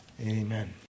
Amen